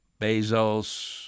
Bezos